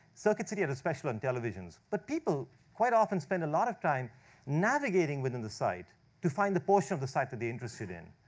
circuit city had a special on televisions, but people, quite often, spend a lot of time navigating within the site to find the portion of the site that they're interested in.